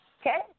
Okay